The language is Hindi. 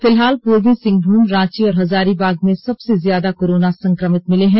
फिलहाल पूर्वी सिंहमूम रांची और हजारीबाग में सबसे ज्यादा कोरोना संक्रमित मिले हैं